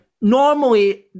normally